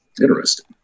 Interesting